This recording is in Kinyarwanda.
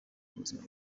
mubuzima